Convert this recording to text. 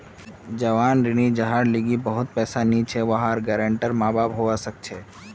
जवान ऋणी जहार लीगी बहुत पैसा नी छे वहार गारंटर माँ बाप हवा सक छे